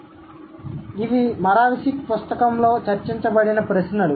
కాబట్టి ఇవి మొరావ్సిక్ పుస్తకంలో చర్చించబడిన ప్రశ్నలు